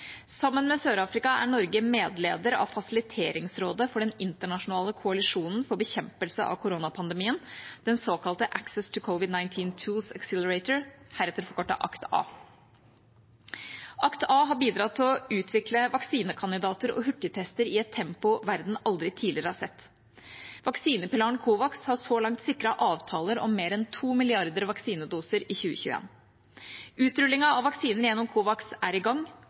Sammen med Sør-Afrika er Norge med-leder av fasiliteringsrådet for den internasjonale koalisjonen for bekjempelse av koronapandemien, den såkalte Access to COVID-19 Tools Accelerator, heretter forkortet til ACT-A. ACT-A har bidratt til å utvikle vaksinekandidater og hurtigtester i et tempo verden aldri tidligere har sett. Vaksinepilaren COVAX har så langt sikret avtaler om mer enn to milliarder vaksinedoser innen 2021. Utrullingen av vaksiner gjennom COVAX er i gang.